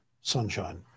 sunshine